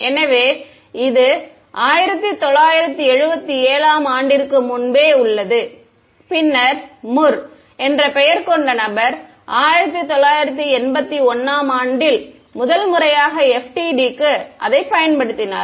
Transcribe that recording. எனவே இது 1977 ஆம் ஆண்டிற்கு முன்பே உள்ளது பின்னர் முர் என்ற பெயர் கொண்ட நபர் 1981 ஆம் ஆண்டில் முதல் முறையாக FDTD க்கு அதைப் பயன்படுத்தினார்